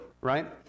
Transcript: Right